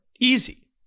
Easy